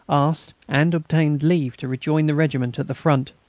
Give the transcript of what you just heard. asked and obtained leave to rejoin the regiment at the front.